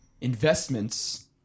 investments